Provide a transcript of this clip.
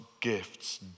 gifts